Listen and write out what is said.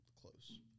Close